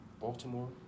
Baltimore